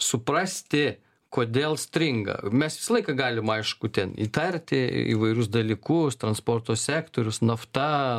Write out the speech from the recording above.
suprasti kodėl stringa mes visą laiką galim aišku ten įtarti įvairius dalykus transporto sektorius nafta